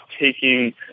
taking